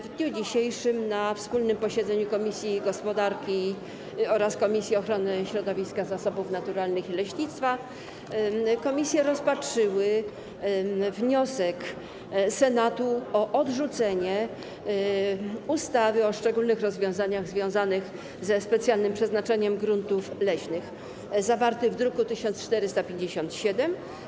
W dniu dzisiejszym na wspólnym posiedzeniu Komisji Gospodarki i Rozwoju oraz Komisji Ochrony Środowiska, Zasobów Naturalnych i Leśnictwa komisje rozpatrzyły wniosek Senatu o odrzucenie ustawy o szczególnych rozwiązaniach związanych ze specjalnym przeznaczeniem gruntów leśnych zawarty w druku nr 1457.